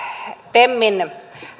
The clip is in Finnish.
temin